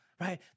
right